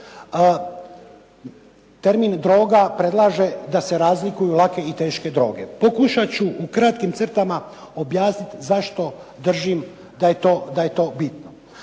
termin droga predlaže da se razlikuju lake i teške droge. Pokušat ću u kratkim crtama objasniti zašto držim da je to bitno.